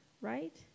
right